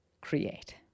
create